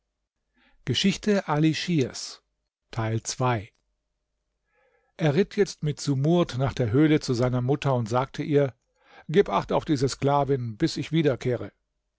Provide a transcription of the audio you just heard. er ritt jetzt mit sumurd nach der höhle zu seiner mutter und sagte ihr gib acht auf diese sklavin bis ich